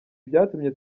byatumye